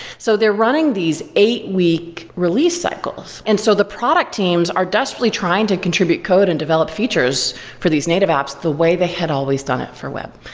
so they're running these eight-week release cycles. and so the product teams are desperately trying to contribute code and develop features for these native apps the way they had always done it for web.